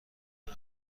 کنه